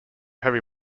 heavy